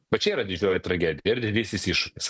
va čia yra didžioji tragedija ir didysis iššūkis